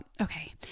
okay